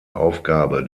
aufgabe